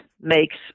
makes